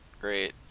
great